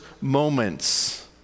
moments